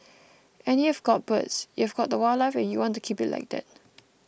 and you've got birds you've got the wildlife and you want to keep it like that